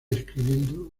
escribiendo